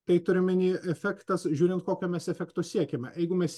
tai turi omeny efektas žiūrint kokio mes efekto siekiame jeigu mes